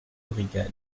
korigane